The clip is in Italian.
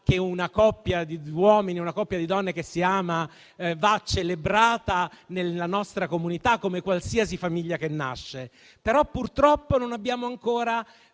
che una coppia di uomini o di donne che si amano vada celebrata nella nostra comunità come qualsiasi famiglia che nasce. Purtroppo, però, non abbiamo ancora